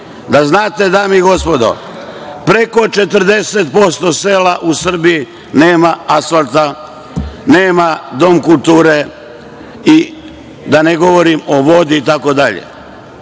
Da znate, dame i gospodo, preko 40% sela u Srbiji nema asfalta, nema dom kulture, a da ne govorim o vodi, itd.